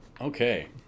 okay